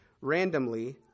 randomly